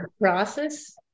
process